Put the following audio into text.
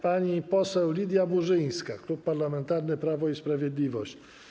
Pani poseł Lidia Burzyńska, Klub Parlamentarny Prawo i Sprawiedliwość.